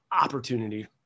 opportunity